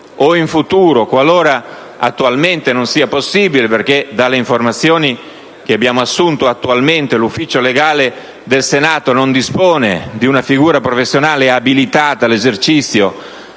o in futuro, qualora attualmente non sia possibile (dalle informazioni che abbiamo assunto sembra che attualmente l'Ufficio per gli affari legali del Senato non disponga di una figura professionale abilitata all'esercizio